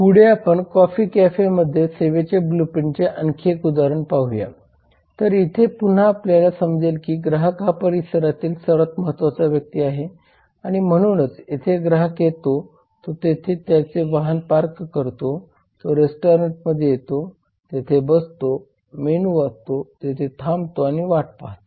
पुढे आपण कॉफी कॅफेमध्ये सेवेच्या ब्लूप्रिंटचे आणखी एक उदाहरण पाहूया तर इथे पुन्हा आपल्याला समजले की ग्राहक हा परिसरातील सर्वात महत्वाचा व्यक्ती आहे आणि म्हणूनच येथे ग्राहक येतो तो तेथे त्याचे वाहन पार्क करतो तो रेस्टॉरंटमध्ये येतो तेथे बसतो मेनू वाचतोतेथे थांबतो आणि वाट पाहतो